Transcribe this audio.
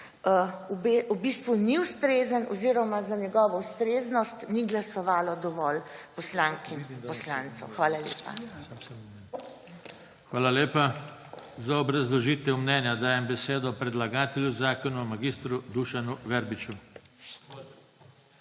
v bistvu ni ustrezen oziroma za njegovo ustreznost ni glasovalo dovolj poslank in poslancev. Hvala lepa. PODPREDSEDNIK JOŽE TANKO Hvala lepa. Za obrazložitev mnenja dajem besedo predlagatelju zakona mag. Dušanu Verbiču.